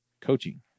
coaching